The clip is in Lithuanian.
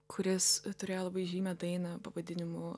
kuris turėjo labai žymią dainą pavadinimu